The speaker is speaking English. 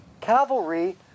cavalry